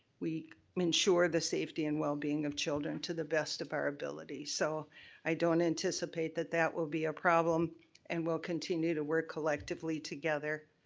we ensure the safety and wellbeing of children to the best of our ability. so i don't anticipate that that will be a problem and we'll continue to work collectively together.